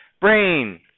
Brain